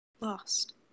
Lost